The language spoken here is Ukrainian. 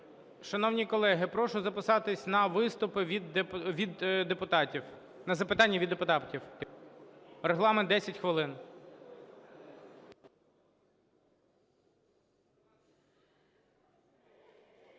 Шановні колеги, прошу записатись на виступи від депутатів. На запитання від депутатів. Регламент 10 хвилин.